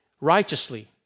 righteously